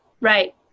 right